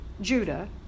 Judah